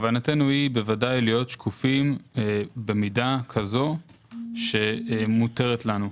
כוונתנו היא להיות שקופים במידה כזו שמותרת לנו,